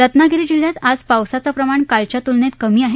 रत्नागिरी जिल्ह्यात आज पावसाचं प्रमाण कालच्या तुलनेत कमी आहे